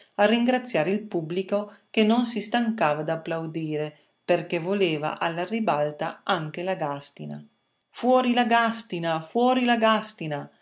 a ringraziare il pubblico che non si stancava d'applaudire perché voleva alla ribalta anche la gàstina fuori la gàstina fuori la gàstina ma